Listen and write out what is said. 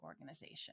organization